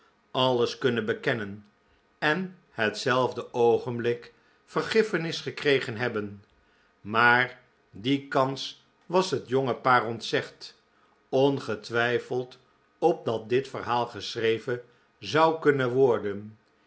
alles kunnen bekennen en hetzelfde oogenblik vergiffenis gekregen hebben maar die kans was het jonge paar ontzegd ongetwijfeld opdat dit verhaal geschreven zou kunnen worden